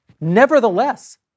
Nevertheless